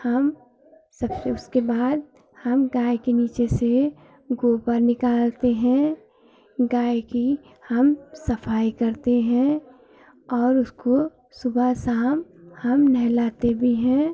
हम सबसे उसके बाद हम गाय के नीचे से गोबर निकालते हैं गाय की हम सफाई करते हैं और उसको सुबह शाम हम नहलाते भी हैं